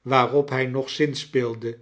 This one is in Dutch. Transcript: waarop hy nog zinspeelde